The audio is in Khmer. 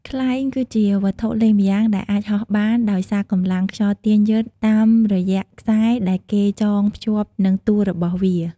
ខ្លែង គឺជាវត្ថុលេងម្យ៉ាងដែលអាចហោះបានដោយសារកម្លាំងខ្យល់ទាញយឺតតាមរយៈខ្សែដែលគេចង់ភ្ជាប់នឹងតួរបស់វា។